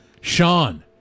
Sean